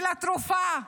ולתרופה,